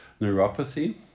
neuropathy